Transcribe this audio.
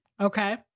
Okay